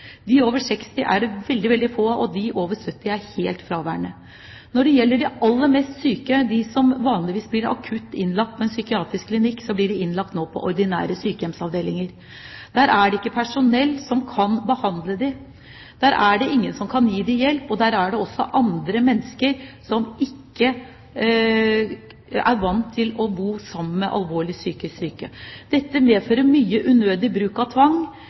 veldig få av, og de over 70 er helt fraværende. De aller mest syke, de som vanligvis blir akutt innlagt på en psykiatrisk klinikk, blir nå innlagt på ordinære sykehjemsavdelinger. Der er det ikke personell som kan behandle dem. Der er det ingen som kan gi dem hjelp. Der er det også andre mennesker som ikke er vant til å bo sammen med alvorlig psykisk syke. Dette medfører mye unødig bruk av tvang.